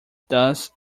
thus